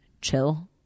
chill